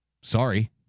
Sorry